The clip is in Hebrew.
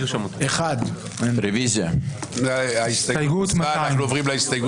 הצבעה ההסתייגות לא התקבלה.